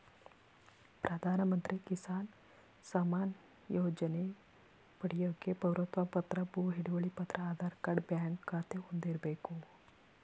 ಪ್ರಧಾನಮಂತ್ರಿ ಕಿಸಾನ್ ಸಮ್ಮಾನ್ ಯೋಜನೆ ಪಡ್ಯೋಕೆ ಪೌರತ್ವ ಪತ್ರ ಭೂ ಹಿಡುವಳಿ ಪತ್ರ ಆಧಾರ್ ಕಾರ್ಡ್ ಬ್ಯಾಂಕ್ ಖಾತೆ ಹೊಂದಿರ್ಬೇಕು